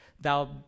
thou